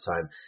time